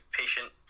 patient